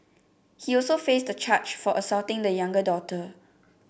he also faced a charge for assaulting the younger daughter